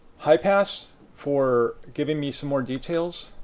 highpass for giving me so more details.